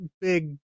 big